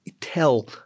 tell